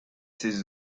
ses